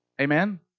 Amen